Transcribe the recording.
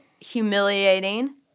humiliating